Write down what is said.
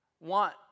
want